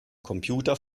computer